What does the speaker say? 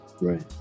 Right